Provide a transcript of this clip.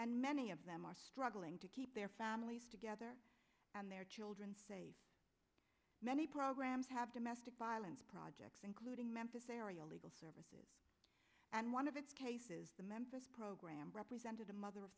and many of them are struggling to keep their families together and their children many programs have domestic violence projects including memphis area legal services and one of its cases the memphis program represented the mother of